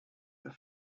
the